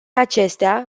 acestea